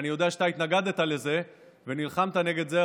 אני יודע שאתה התנגדת לזה ונלחמת נגד זה,